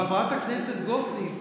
חברת הכנסת גוטליב,